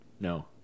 No